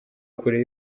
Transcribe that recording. kure